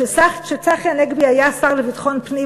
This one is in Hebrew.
כשצחי הנגבי היה שר לביטחון פנים,